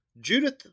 Judith